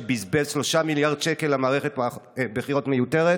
שבזבז 3 מיליארד שקל על מערכת בחירות מיותרת